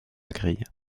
grille